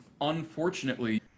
unfortunately